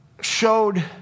Showed